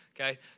Okay